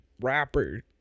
rapper